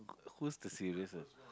who's the silliest